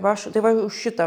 va aš tai va už šitą